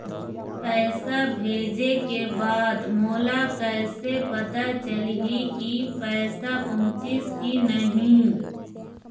पैसा भेजे के बाद मोला कैसे पता चलही की पैसा पहुंचिस कि नहीं?